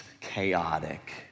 chaotic